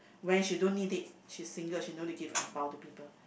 when she don't need it she's single she no need to give angbao to people